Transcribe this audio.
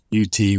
UT